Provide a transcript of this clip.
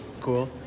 cool